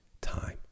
time